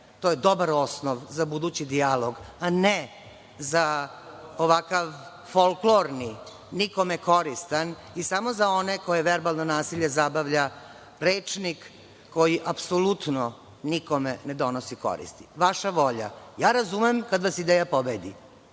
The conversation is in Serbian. To je dobar osnov za budući dijalog, a ne za ovakav folklorni, nikome koristan i samo za one koje verbalno nasilje zabavlja rečnik koji apsolutno nikome ne donosi korist. Vaša volja. Razumem kad vas ideja pobedi,